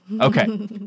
Okay